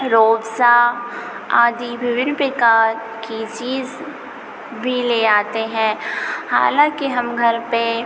रूह अफ़ज़ा आदि विभिन्न प्रकार की चीज़ भी ले आते हैं हालाँकि हम घर पर